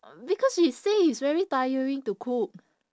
because she say it's very tiring to cook